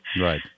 Right